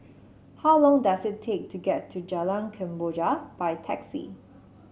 how long does it take to get to Jalan Kemboja by taxi